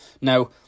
Now